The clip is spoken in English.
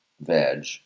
veg